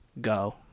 Go